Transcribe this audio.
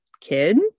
kid